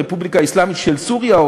הרפובליקה האסלאמית של סוריה,